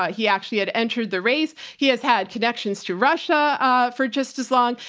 ah he actually had entered the race. he has had connections to russia ah for just as long.